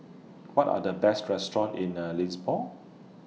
What Are The Best Restaurant in The Lisbon